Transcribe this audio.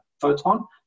photon